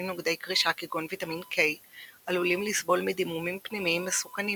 נוגדי קרישה כגון ויטמין K עלולים לסבול מדימומים פנימיים מסוכנים